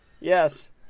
Yes